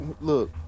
look